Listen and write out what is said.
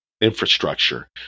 infrastructure